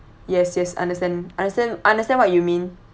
yes yes understand understand understand what you mean